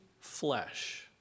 flesh